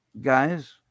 guys